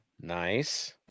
Nice